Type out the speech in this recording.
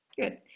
Good